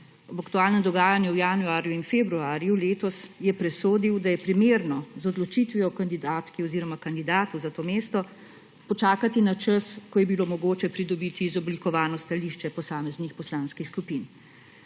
V aktualnem dogajanju v januarju in februarju letos je presodil, da je primerno z odločitvijo kandidatki oziroma kandidatu za to mesto počakati na čas, ko je bilo mogoče pridobiti izoblikovano stališče posameznih poslanskih skupin.